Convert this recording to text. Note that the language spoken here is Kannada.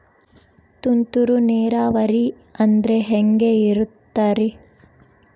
ತುಂತುರು ನೇರಾವರಿ ಅಂದ್ರೆ ಹೆಂಗೆ ಇರುತ್ತರಿ?